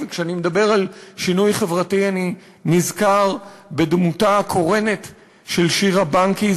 וכשאני מדבר על שינוי חברתי אני נזכר בדמותה הקורנת של שירה בנקי,